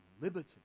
liberty